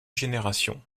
générations